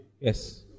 Yes